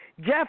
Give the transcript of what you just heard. Jeff